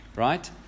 Right